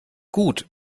gut